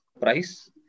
price